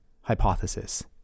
hypothesis